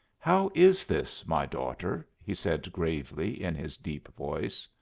how is this, my daughter? he said gravely, in his deep voice.